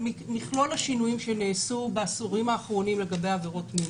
השינויים שנעשו בעשורים האחרונים לגבי עבירות מין